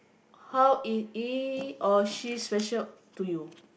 how is he or she special to you